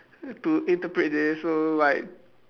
to interpret this so like